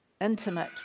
intimate